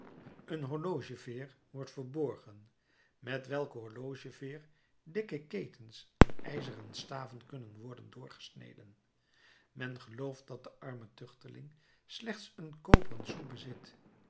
een horlogeveer wordt verborgen met welke horlogeveer dikke ketens en ijzeren staven kunnen worden doorgesneden men gelooft dat de arme tuchteling slechts een koperen sou bezit